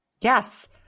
Yes